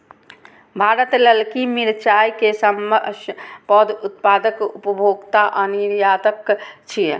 भारत ललकी मिरचाय के सबसं पैघ उत्पादक, उपभोक्ता आ निर्यातक छियै